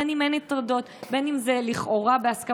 וגם אם הן הטרדות וגם אם זה לכאורה בהסכמה,